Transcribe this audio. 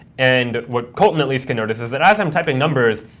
and what colton at least can notice is that as i'm typing numbers,